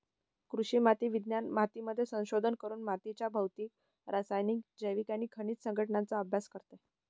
कृषी माती विज्ञान मातीमध्ये संशोधन करून मातीच्या भौतिक, रासायनिक, जैविक आणि खनिज संघटनाचा अभ्यास करते